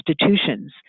institutions